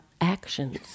actions